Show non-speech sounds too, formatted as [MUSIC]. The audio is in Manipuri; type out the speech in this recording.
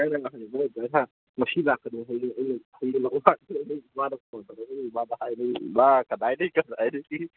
ꯚꯥꯏ ꯅꯪ ꯅꯍꯥꯟꯒꯤꯗꯣ [UNINTELLIGIBLE] ꯍꯥ ꯉꯁꯤ ꯂꯥꯛꯄꯅꯦ ꯍꯥꯏꯔꯗꯤ [UNINTELLIGIBLE] ꯀꯗꯥꯏꯗꯩ ꯀꯗꯥꯏꯗꯒꯤ